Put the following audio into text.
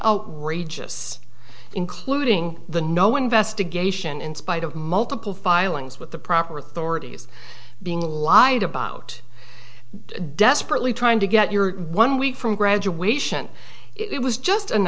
rageous including the no investigation in spite of multiple filings with the proper authorities being lied about desperately trying to get your one week from graduation it was just an